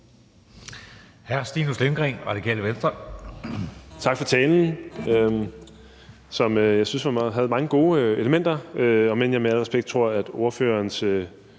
18:05 Stinus Lindgreen (RV): Tak for talen, som jeg synes havde mange gode elementer, om end jeg med al respekt tror, at ordførerens